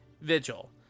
Vigil